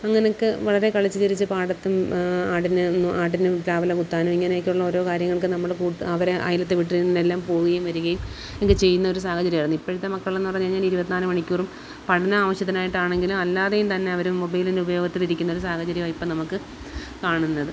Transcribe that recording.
അങ്ങനെയൊക്കെ വളരെ കളിച്ച് ചിരിച്ച് പാടത്തും ആടിന് ആടിനും പ്ലാവില കുത്താനും ഇങ്ങനെയൊക്കെയുള്ള ഓരോ കാര്യങ്ങൾക്കും നമ്മൾ അവരെ അയലത്തെ വീട്ടിൽ നിന്നും എല്ലാം പോകുകയും വരികയും ഒക്കെ ചെയ്യുന്നൊരു സാഹചര്യമായിരുന്നു ഇപ്പോഴത്തെ മക്കൾ എന്ന് പറഞ്ഞു കഴിഞ്ഞാൽ ഇരുപത്തിനാല് മണിക്കുറും പഠനാവശ്യത്തിനായിട്ടാണെങ്കിലും അല്ലാതെയും തന്നെ അവർ മൊബൈലിൻ്റെ ഉപയോഗത്തിൽ ഇരിക്കുന്ന ഒരു സാഹചര്യമാണ് ഇപ്പോൾ നമുക്ക് കാണുന്നത്